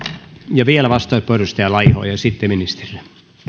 vielä vastauspuheenvuoro edustaja laiho ja sitten ministerille